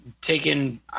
taken